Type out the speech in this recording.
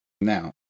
Now